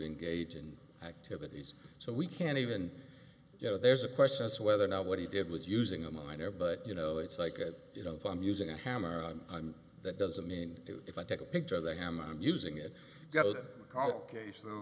engage in activities so we can't even you know there's a question as to whether or not what he did was using a minor but you know it's like a you know if i'm using a hammer that doesn't mean if i take a picture of the hammer i'm using it